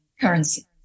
currency